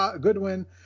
Goodwin